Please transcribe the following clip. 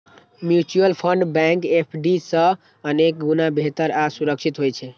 mutual fund bank FD सं अनेक गुणा बेहतर आ सुरक्षित होइ छै